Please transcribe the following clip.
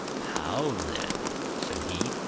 how then, said he,